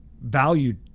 valued